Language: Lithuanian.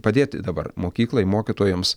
padėti dabar mokyklai mokytojams